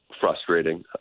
frustrating